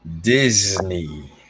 Disney